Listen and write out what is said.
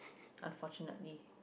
unfortunately